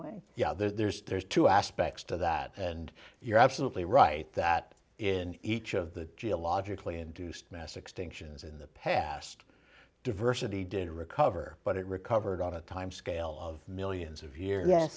way yeah there's there's two aspects to that and you're absolutely right that in each of the geologically induced mass extinctions in the past diversity did recover but it recovered at a time scale of millions of years ye